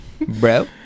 Bro